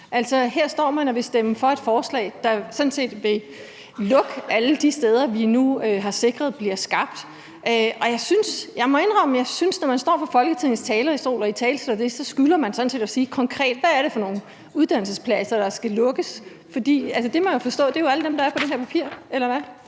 her står man og vil stemme for et forslag, der sådan set vil lukke alle de steder, vi nu har sikret bliver skabt. Jeg må indrømme, at jeg synes, at når man står på Folketingets talerstol og italesætter det, skylder man sådan set at sige konkret, hvad det er for nogle uddannelsespladser, der skal lukkes. For man jo må forstå, at det er alle dem, der står på det her papir,